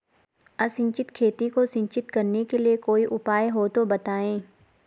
असिंचित खेती को सिंचित करने के लिए कोई उपाय हो तो बताएं?